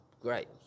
great